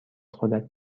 خودت